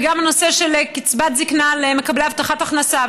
וגם הנושא של קצבת זקנה למקבלי הבטחת הכנסה,